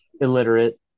illiterate